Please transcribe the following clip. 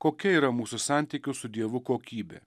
kokia yra mūsų santykių su dievu kokybė